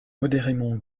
modérément